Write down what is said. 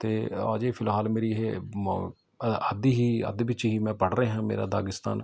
ਅਤੇ ਅਜੇ ਫ਼ਿਲਹਾਲ ਮੇਰੀ ਇਹ ਅੱਧੀ ਹੀ ਅੱਧ ਵਿੱਚ ਹੀ ਮੈਂ ਪੜ੍ਹ ਰਿਹਾਂ ਮੇਰਾ ਦਾਗ਼ਿਸਤਾਨ